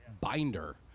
binder